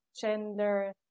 gender